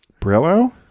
Brillo